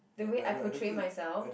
the way I portray myself